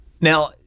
Now